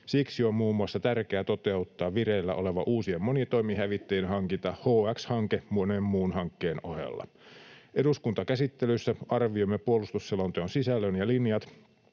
Siksi on muun muassa tärkeää toteuttaa vireillä oleva uusien monitoimihävittäjien hankinta, HX-hanke, monen muun hankkeen ohella. Eduskuntakäsittelyssä arvioimme puolustusselonteon sisällön ja linjat